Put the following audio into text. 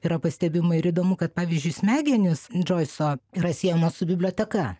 yra pastebima ir įdomu kad pavyzdžiui smegenys džoiso yra siejamos su biblioteka